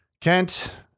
Kent